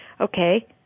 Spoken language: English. Okay